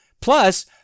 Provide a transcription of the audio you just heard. Plus